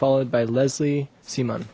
followed by leslie seama